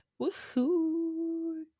Woohoo